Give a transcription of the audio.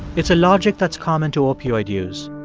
it's a logic that's common to opioid use.